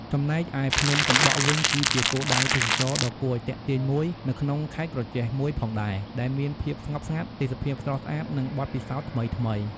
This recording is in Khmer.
ចំណែកឯភ្នំសំបក់វិញគឺជាគោលដៅទេសចរណ៍ដ៏គួរឱ្យទាក់ទាញមួយនៅក្នុងខេត្តក្រចេះមួយផងដែរ ដែលមានភាពស្ងប់ស្ងាត់ ទេសភាពស្រស់ស្អាត និងបទពិសោធន៍ថ្មីៗ ។